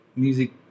music